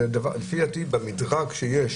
לדעתי במדרג שיש